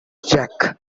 jack